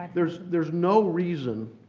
there's there's no reason,